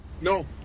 No